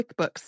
QuickBooks